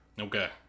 Okay